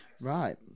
Right